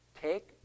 take